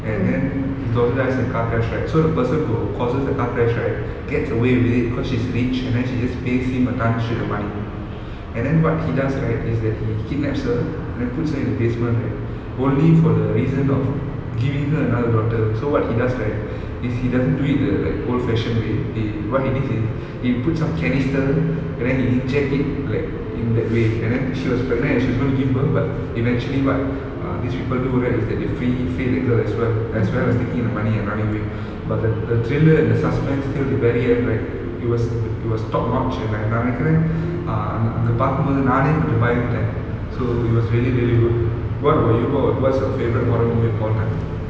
and then his daughter dies in a car crash right so the person who causes the car crash right gets away with it cause she's rich and then she just pays him a ton shit of money and then what he does right is that he kidnaps her and then puts her in the basement right only for the reason of giving her another daughter so what he does right is he doesn't do it the like old fashion way he what he did is he puts some cannister and then he inject it like in that way and then she was pregnant and she was going to give birth but eventually what err these people do right is that they free free the girl as well as well as taking the money and running away but the the thriller and the suspense till the very end right it was t~ it was top notch and I நான் நினைக்கிறன் அதை பார்க்கும் போது நானே கொஞ்சம் பயந்துட்டேன்:naan ninaikiren adhai paarkum pothu naane konjam payanthuden so it was really really good what about you wh~ what was your favourite horror movie of all time